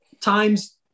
times